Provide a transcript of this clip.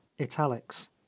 italics